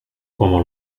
como